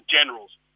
generals